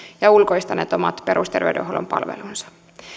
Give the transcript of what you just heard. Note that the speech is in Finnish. ja ulkoistaneet omat perusterveydenhuollon palvelunsa